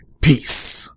peace